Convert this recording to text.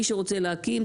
מי שרוצה להקים,